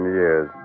years